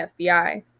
FBI